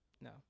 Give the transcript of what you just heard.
no